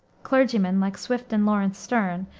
clergymen, like swift and lawrence sterne,